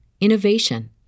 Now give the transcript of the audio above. innovation